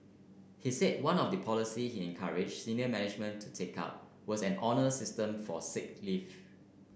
he said one of the policies he encouraged senior management to take up was an honour system for sick leave